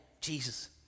Jesus